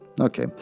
Okay